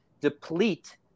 deplete